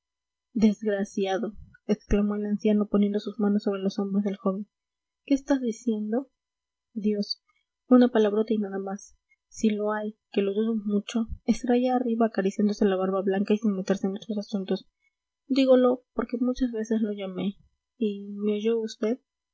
desgraciado exclamó el anciano poniendo sus manos sobre los hombros del joven qué estás diciendo dios una palabrota y nada más si lo hay que lo dudo mucho estará allá arriba acariciándose la barba blanca y sin meterse en nuestros asuntos dígolo porque muchas veces lo llamé y me